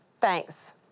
thanks